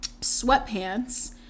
sweatpants